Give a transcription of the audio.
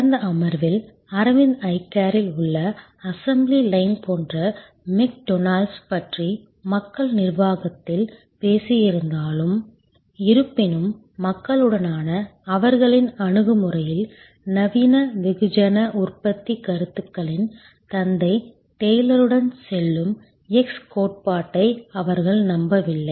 கடந்த அமர்வில் அரவிந்த் ஐ கேரில் உள்ள அசெம்பிளி லைன் போன்ற மெக்டொனால்ட்ஸ் பற்றி மக்கள் நிர்வாகத்தில் பேசியிருந்தாலும் இருப்பினும் மக்களுடனான அவர்களின் அணுகுமுறையில் நவீன வெகுஜன உற்பத்திக் கருத்துகளின் தந்தை டெய்லருடன் செல்லும் X கோட்பாட்டை அவர்கள் நம்பவில்லை